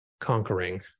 conquering